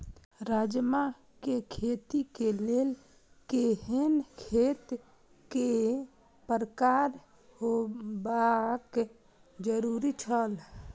राजमा के खेती के लेल केहेन खेत केय प्रकार होबाक जरुरी छल?